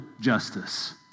justice